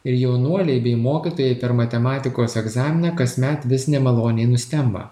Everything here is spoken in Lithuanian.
ir jaunuoliai bei mokytojai per matematikos egzaminą kasmet vis nemaloniai nustemba